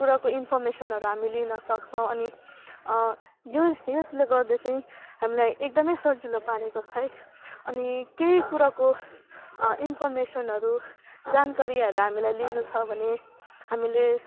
कुराको इन्फर्मेसनहरू हामीले लिन सक्छौँ अनि यो यसले गर्दा चाहिँ हामीलाई एकदमै सजिलो पारेको छ है अनि केही कुराको इनफर्मेसनहरू जानकारीहरू लिनु छ भने हामीले